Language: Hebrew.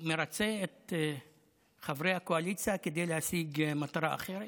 הוא מרצה את חברי הקואליציה כדי להשיג מטרה אחרת.